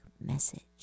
message